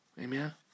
amen